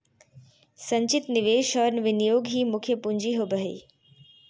संचित निवेश और विनियोग ही मुख्य पूँजी होबो हइ